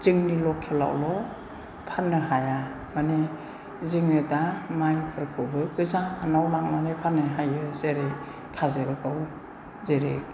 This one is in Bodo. जोंनि लकेलावल' फाननो हाया माने जोङो दा माइफोरखौ गोजानाव लांनानै फाननो हायो जेरै खाजोलगाव जेरै